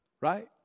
right